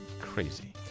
Crazy